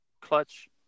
clutch